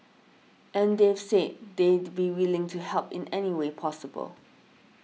and they've said they'd be willing to help in any way possible